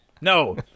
No